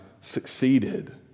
succeeded